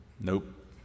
nope